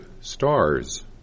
stars